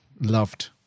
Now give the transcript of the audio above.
loved